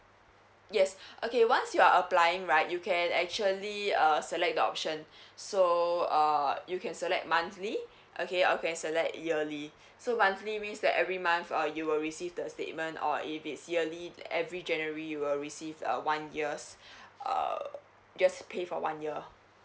yes okay once you're applying right you can actually uh select the option so err you can select monthly okay or you can select yearly so monthly means that every month uh you will receive the statement or if it's yearly every january will receives a one year's err just pay for one year